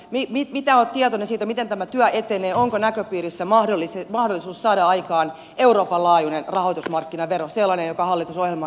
miten olet tietoinen siitä miten tämä työ etenee onko näköpiirissä mahdollisuus saada aikaan euroopan laajuinen rahoitusmarkkinavero sellainen joka hallitusohjelmaankin on kirjattu